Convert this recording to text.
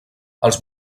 els